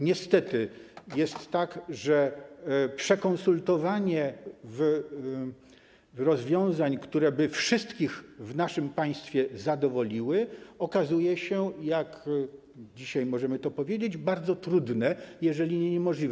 Niestety jest tak, że przekonsultowanie rozwiązań, które by wszystkich w naszym państwie zadowoliły, okazuje się - dzisiaj możemy to powiedzieć - bardzo trudne, jeżeli nie niemożliwe.